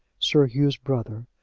sir hugh's brother,